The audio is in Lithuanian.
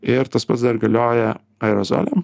ir tas pats dar galioja aerozoliam